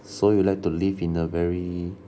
so you like to live in a very